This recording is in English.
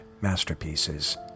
masterpieces